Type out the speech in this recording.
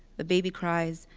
the baby cries.